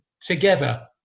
together